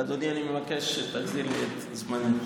רק אדוני, אני מבקש שתחזיר לי את זמני.